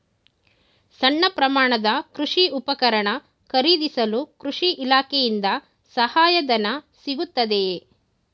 ಸಣ್ಣ ಪ್ರಮಾಣದ ಕೃಷಿ ಉಪಕರಣ ಖರೀದಿಸಲು ಕೃಷಿ ಇಲಾಖೆಯಿಂದ ಸಹಾಯಧನ ಸಿಗುತ್ತದೆಯೇ?